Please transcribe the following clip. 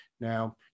Now